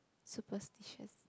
superstitious